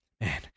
man